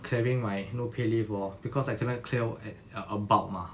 clearing my no pay leave lor because I cannot clear at a bulk mah